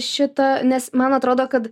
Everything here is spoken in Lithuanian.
šita nes man atrodo kad